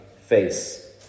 face